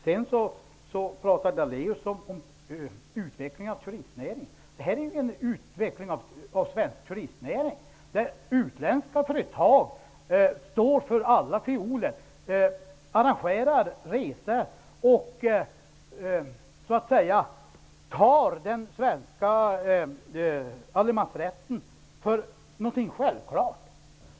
Lennart Daléus talar om utvecklingen av turistnäringen. Det här är ju en utveckling av svensk turistnäring, som innebär att utländska företag står för alla fioler, arrangerar resor hit och så att säga tar den svenska allemansrätten för någonting självklart.